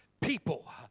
people